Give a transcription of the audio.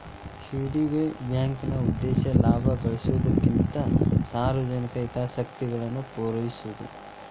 CDB ಬ್ಯಾಂಕ್ನ ಉದ್ದೇಶ ಲಾಭ ಗಳಿಸೊದಕ್ಕಿಂತ ಸಾರ್ವಜನಿಕ ಹಿತಾಸಕ್ತಿಗಳನ್ನ ಪೂರೈಸೊದು